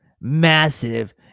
massive